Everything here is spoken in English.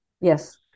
Yes